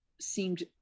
seemed